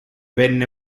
venne